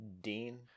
Dean